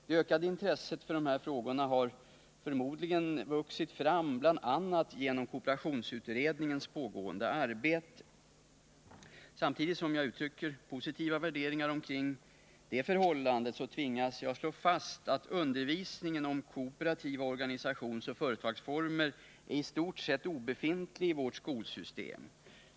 Det ökade intresset för dessa frågor har förmodligen vuxit fram bl.a. genom kooperationsutredningens pågående arbete. Samtidigt som jag uttrycker positiva värderingar kring detta förhållande tvingas jag slå fast att undervisningen om kooperativa organisationsoch företagsformer är i stort sett obefintlig i vårt skolsystem.